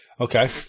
Okay